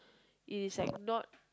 it is like not